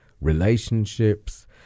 relationships